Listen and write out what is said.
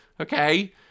okay